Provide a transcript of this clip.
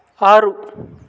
ఆరు